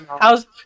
How's